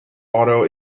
auto